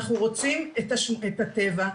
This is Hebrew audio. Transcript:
אנחנו רוצים את הטבע',